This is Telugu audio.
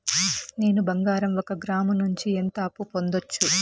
నేను బంగారం ఒక గ్రాము నుంచి ఎంత అప్పు పొందొచ్చు